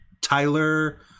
Tyler